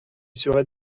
serai